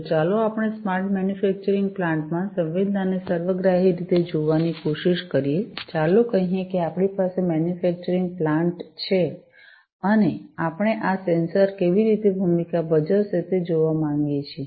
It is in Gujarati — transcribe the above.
તો ચાલો આપણે સ્માર્ટ મેન્યુફેક્ચરિંગ પ્લાન્ટમાં સંવેદનાને સર્વગ્રાહી રીતે જોવાની કોશિશ કરીએ ચાલો કહીએ કે આપણી પાસે મેન્યુફેક્ચરિંગ પ્લાન્ટ manufacturing પ્લાન્ટ છે અને આપણે આ સેન્સર્સ કેવી ભૂમિકા ભજવશે તે જોવા માંગીએ છીએ